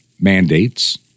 mandates